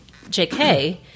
JK